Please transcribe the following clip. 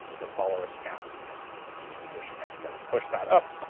the follower snaps into position there, but you push that up,